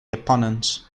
opponents